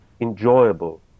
enjoyable